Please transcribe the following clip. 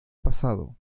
pasado